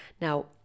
now